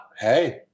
Hey